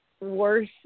worse